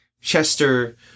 Chester